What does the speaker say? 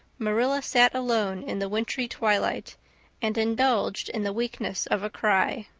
marilla sat alone in the wintry twilight and indulged in the weakness of a cry.